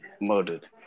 murdered